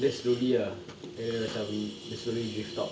dia slowly ah dia macam dia slowly drift out